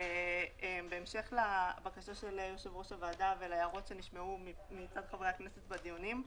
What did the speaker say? בהמשך לבקשה של יושב-ראש הוועדה ולהערות שנשמעו מצד חברי הכנסת בדיונים,